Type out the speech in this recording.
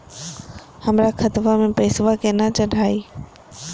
हमर खतवा मे पैसवा केना चढाई?